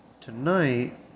Tonight